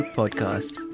podcast